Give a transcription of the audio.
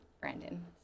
Brandon